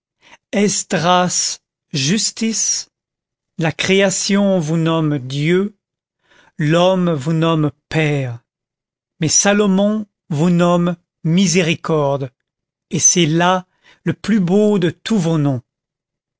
esdras justice la création vous nomme dieu l'homme vous nomme père mais salomon vous nomme miséricorde et c'est là le plus beau de tous vos noms